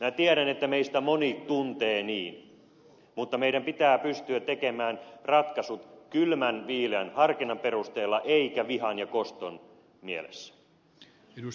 minä tiedän että meistä moni tuntee niin mutta meidän pitää pystyä tekemään ratkaisut kylmän viileän harkinnan perusteella eikä viha ja kosto mielessä